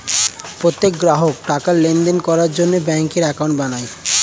প্রত্যেক গ্রাহক টাকার লেনদেন করার জন্য ব্যাঙ্কে অ্যাকাউন্ট বানায়